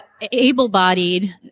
able-bodied